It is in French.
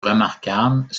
remarquable